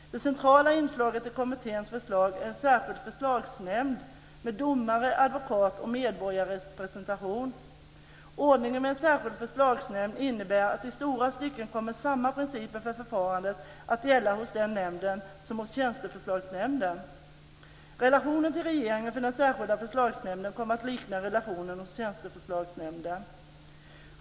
Det centrala inslaget i kommitténs förslag är en särskild förslagsnämnd, med domare, advokat och medborgarrepresentation. Ordningen med en särskild förslagsnämnd innebär att i stora stycken kommer samma principer för förfarandet att gälla hos den nämnden som hos tjänsteförslagsnämnden. Relationen till regeringen för den särskilda förslagsnämnden kommer att likna relationen för tjänsteförslagsnämnden.